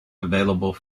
available